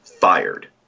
fired